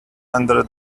under